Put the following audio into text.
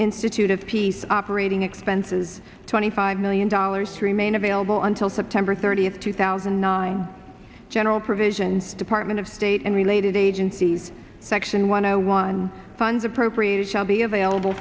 institute of peace operating expenses twenty five million dollars to remain available until september thirtieth two thousand and nine general provision department of state and related agencies section one zero one funds appropriated shall be available